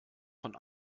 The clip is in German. von